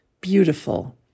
beautiful